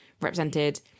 represented